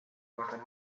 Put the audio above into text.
kaasneb